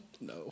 no